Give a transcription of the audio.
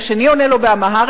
השני עונה לו באמהרית,